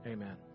Amen